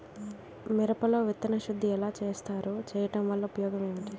మిరప లో విత్తన శుద్ధి ఎలా చేస్తారు? చేయటం వల్ల ఉపయోగం ఏంటి?